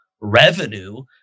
revenue